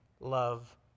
love